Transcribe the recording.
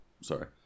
sorry